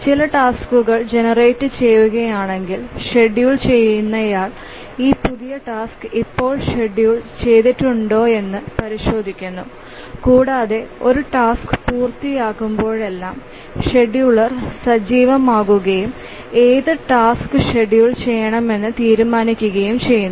ചില ടാസ്ക്കുകൾ ജനറേറ്റു ചെയ്യുകയാണെങ്കിൽ ഷെഡ്യൂൾ ചെയ്യുന്നയാൾ ഈ പുതിയ ടാസ്ക് ഇപ്പോൾ ഷെഡ്യൂൾ ചെയ്തിട്ടുണ്ടോയെന്ന് പരിശോധിക്കുന്നു കൂടാതെ ഒരു ടാസ്ക് പൂർത്തിയാകുമ്പോഴെല്ലാം ഷെഡ്യൂളർ സജീവമാവുകയും ഏത് ടാസ്ക് ഷെഡ്യൂൾ ചെയ്യണമെന്ന് തീരുമാനിക്കുകയും ചെയ്യുന്നു